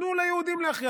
תיתנו ליהודים להכריע.